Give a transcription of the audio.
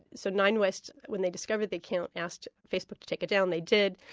so nine west when they discovered the account, asked facebook to take it down. they did.